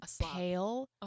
pale